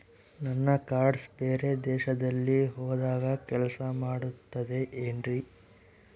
ನನ್ನ ಕಾರ್ಡ್ಸ್ ಬೇರೆ ದೇಶದಲ್ಲಿ ಹೋದಾಗ ಕೆಲಸ ಮಾಡುತ್ತದೆ ಏನ್ರಿ?